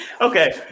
Okay